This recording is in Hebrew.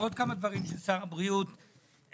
עוד כמה דברים ששר הבריאות עשה,